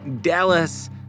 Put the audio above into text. Dallas